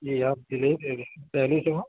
جی آپ ڈلے دے رہے ہیں پہلے سے ہو